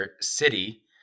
City